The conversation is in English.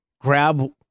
Grab